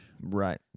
Right